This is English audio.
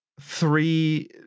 three